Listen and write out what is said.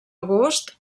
agost